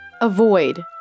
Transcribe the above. Avoid